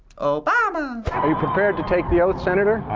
obama! are you prepared to take the oath, senator? i